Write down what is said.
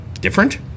different